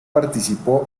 participó